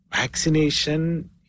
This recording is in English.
Vaccination